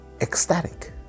ecstatic